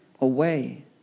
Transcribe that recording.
away